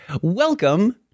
Welcome